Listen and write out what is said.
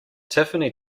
tiffany